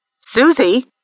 Susie